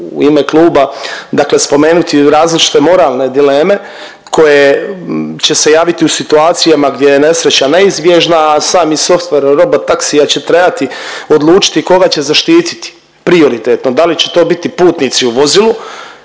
u ime kluba spomenuti različite moralne dileme koje će se javiti u situacijama gdje je nesreća neizbježna, a sami softver robotaksija će trajati odlučiti koga će zaštiti prioritetno da li će to biti putnici u vozilu